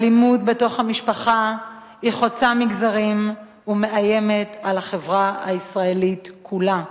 אלימות בתוך המשפחה חוצה מגזרים ומאיימת על החברה הישראלית כולה.